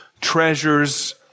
treasures